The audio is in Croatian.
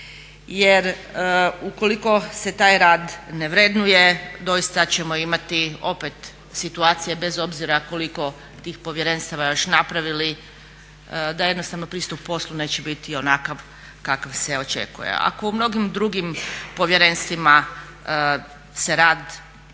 jer ukoliko se taj rad ne vrednuje doista ćemo imati opet situacije, bez obzira koliko tih povjerenstava još napravili da jednostavno pristup poslu neće biti onakav kakav se očekuje. Ako u mnogim drugim povjerenstvima se rad ljudi